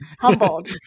humbled